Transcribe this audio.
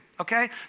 okay